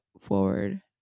forward